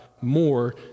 more